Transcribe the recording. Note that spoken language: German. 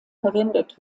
verwendet